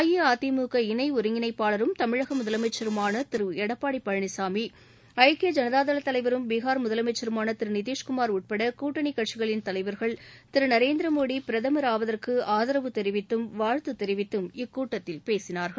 அஇஅதிமுக இணை ஒருங்கிணைப்பாளரும் தமிழக முதலனமச்சருமான திரு எடப்பாடி பழனிசாமி ஐக்கிய ஜனதா தள தலைவரும் பீகார் முதலமைச்சருமான திரு நிதிஷ்குமார் உட்பட கூட்டணிக் கட்சிகளின் தலைவர்கள் திரு நரேந்திர மோடி பிரதமர் ஆவதற்கு ஆதரவு தெரிவித்தும் வாழ்த்து தெரிவித்தும் இக்கூட்டத்தில் பேசினார்கள்